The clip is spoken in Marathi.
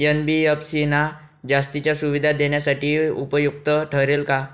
एन.बी.एफ.सी ना जास्तीच्या सुविधा देण्यासाठी उपयुक्त ठरेल का?